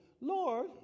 Lord